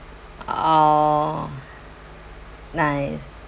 oh nice